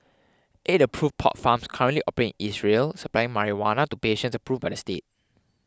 eight approve pot farms currently operate in Israel supplying marijuana to patients approved by the state